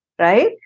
Right